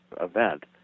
event